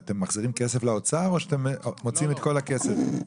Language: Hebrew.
אתם מחזירים כסף לאוצר או שאתם מוציאים את כל הכסף?